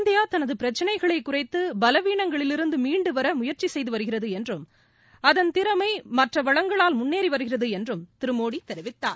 India தனது பிரச்சனைகளை குறைத்து பலவீனங்களிலிருந்து மீண்டு வர முயற்சி செய்து வருகிறது என்றும் அதன் திறமை மற்றம் வளங்களால் முன்னேறி வருகிறது என்றும் திரு மோடி தெரிவித்தார்